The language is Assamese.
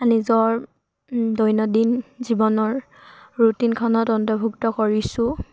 নিজৰ দৈনন্দিন জীৱনৰ ৰুটিনখনত অন্তৰ্ভুক্ত কৰিছোঁ